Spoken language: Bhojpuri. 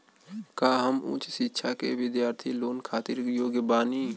का हम उच्च शिक्षा के बिद्यार्थी लोन खातिर योग्य बानी?